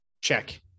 Check